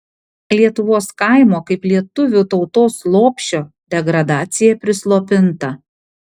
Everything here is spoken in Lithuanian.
lietuvos kaimo kaip lietuvių tautos lopšio degradacija prislopinta